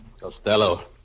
Costello